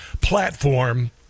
platform